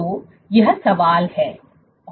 तो यह सवाल है